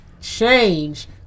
change